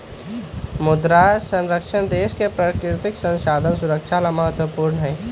मृदा संरक्षण देश के प्राकृतिक संसाधन के सुरक्षा ला महत्वपूर्ण हई